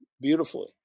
beautifully